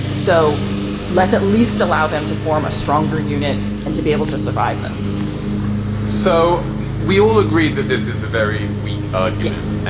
so let's at least allow them to form a stronger unit and to be able to survive this so we all agree that this is a very weak argument,